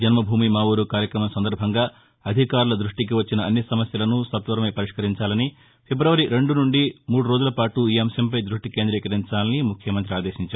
జన్మభూమి మా ఊరు కార్యక్రమం సందర్భంగా అధికారుల దృష్టికి వచ్చిన అన్ని సమస్యలను సత్వరమే పరిష్కరించాలని ఫిబ్రవరి రెండు నుండి మూడు రోజులపాటు ఈ అంశంపై దృష్టి కేంద్రీకరించాలని ముఖ్యమంతి ఆదేశించారు